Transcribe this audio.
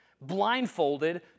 blindfolded